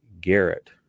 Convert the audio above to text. garrett